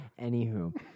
Anywho